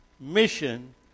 mission